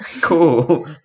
Cool